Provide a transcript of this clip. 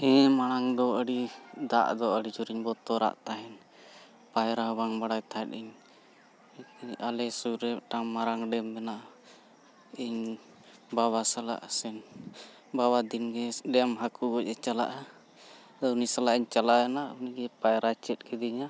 ᱤᱧ ᱢᱟᱲᱟᱝ ᱫᱚ ᱟᱹᱰᱤ ᱫᱟᱜ ᱫᱚ ᱟᱹᱰᱤ ᱡᱳᱨᱤᱧ ᱵᱚᱛᱚᱨᱟᱜ ᱛᱟᱦᱮᱱ ᱯᱟᱭᱨᱟ ᱵᱟᱝ ᱵᱟᱲᱟᱭ ᱛᱟᱦᱮᱸᱫ ᱤᱧ ᱟᱞᱮ ᱥᱩᱨ ᱨᱮ ᱢᱤᱫᱴᱟᱝ ᱢᱟᱨᱟᱝ ᱰᱮᱢ ᱢᱮᱱᱟᱜᱼᱟ ᱤᱧ ᱵᱟᱵᱟ ᱥᱟᱞᱟᱜ ᱥᱮᱱ ᱵᱟᱵᱟ ᱫᱤᱱ ᱜᱮ ᱰᱮᱢ ᱦᱟᱹᱠᱩ ᱜᱚᱡ ᱪᱟᱞᱟᱜᱼᱟ ᱟᱫᱚ ᱩᱱᱤ ᱥᱟᱞᱟᱜ ᱤᱧ ᱪᱟᱞᱟᱣ ᱮᱱᱟ ᱩᱱᱤᱜᱮ ᱯᱟᱭᱨᱟ ᱪᱮᱫ ᱠᱤᱫᱤᱧᱟ